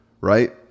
right